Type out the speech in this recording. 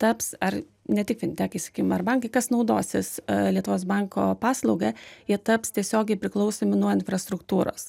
taps ar ne tik fintekai sakykim ar bankai kas naudosis lietuvos banko paslauga jie taps tiesiogiai priklausomi nuo infrastruktūros